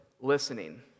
listening